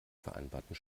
vereinbarten